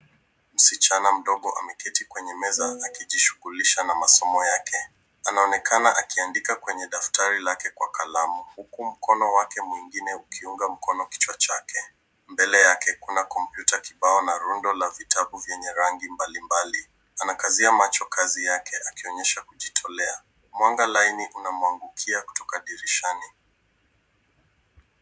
Msichana mdogo ameketi kwenye meza akijishughulisha na masomo yake. Anaonekana akiandika kwenye daftari lake kwa kalamu huku mkono wake mwingine ukiunga mkono kichwa chake. Mbele yake, kuna kompyuta kibao na rundo la vitabu vyenye rangi mbalimbali. Anakazia macho kazi yake akionyesha kujitolea. Mwanga laini unamwangukia kutoka dirishani.